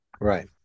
Right